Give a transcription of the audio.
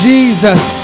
Jesus